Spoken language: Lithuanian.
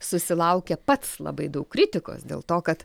susilaukia pats labai daug kritikos dėl to kad